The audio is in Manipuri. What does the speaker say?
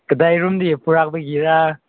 ꯀꯗꯥꯏ ꯔꯣꯝꯗꯒꯤ ꯄꯨꯔꯛꯄꯒꯤꯔꯥ